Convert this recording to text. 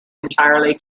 entirely